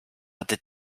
hatte